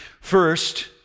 First